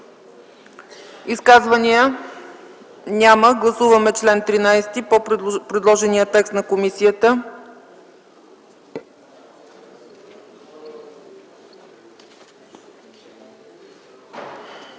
Изказвания? Няма. Гласуваме чл. 4 по предложението на комисията.